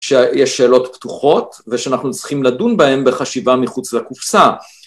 שיש שאלות פתוחות ושאנחנו צריכים לדון בהן בחשיבה מחוץ לקופסה.